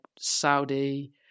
Saudi